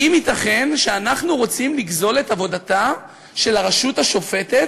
האם ייתכן שאנחנו רוצים לגזול את עבודתה של הרשות השופטת